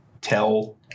tell